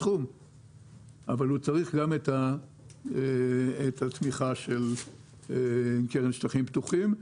הסכום אבל הוא צריך גם את התמיכה של הקרן לשטחים פתוחים.